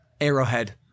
Arrowhead